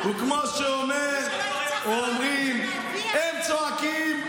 וכמו שאומרים, הם צועקים,